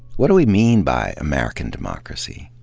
what do we mean by american democracy?